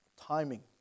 timing